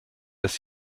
dass